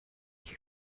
here